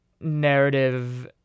narrative